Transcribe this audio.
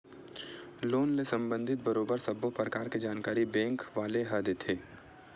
loan ले संबंधित बरोबर सब्बो परकार के जानकारी बेंक वाले ह देथे